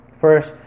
First